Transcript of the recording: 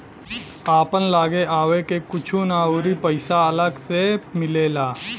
आपन लागे आवे के कुछु ना अउरी पइसा अलग से मिलेला